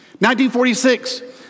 1946